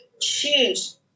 choose